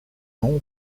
nom